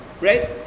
Right